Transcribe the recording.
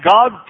God